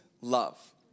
love